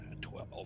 Twelve